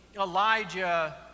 Elijah